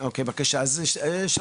אז בבקשה,